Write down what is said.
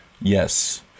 yes